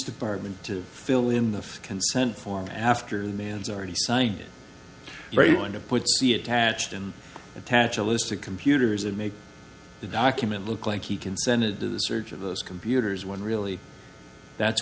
department to fill in the consent form after the man's already signed very kind of puts the attached and attach a list of computers and make the document look like he consented to the search of those computers when really that's